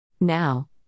Now